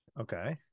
Okay